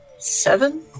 Seven